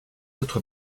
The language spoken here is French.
autres